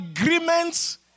agreements